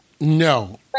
No